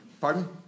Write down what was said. pardon